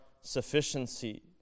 sufficiency